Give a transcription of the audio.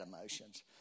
emotions